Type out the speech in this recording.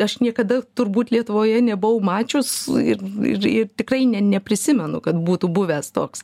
aš niekada turbūt lietuvoje nebuvau mačius ir ir ir tikrai ne neprisimenu kad būtų buvęs toks